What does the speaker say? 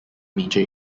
major